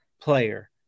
player